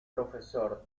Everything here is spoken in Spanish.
profesor